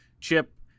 Chip